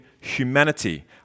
humanity